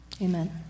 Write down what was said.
amen